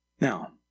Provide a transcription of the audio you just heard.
Now